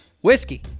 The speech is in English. Whiskey